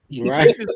right